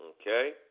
Okay